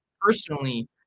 personally